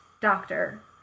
Doctor